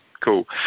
Cool